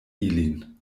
ilin